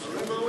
תלוי מה הוא